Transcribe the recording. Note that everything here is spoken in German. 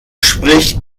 spricht